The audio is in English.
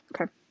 Okay